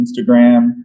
Instagram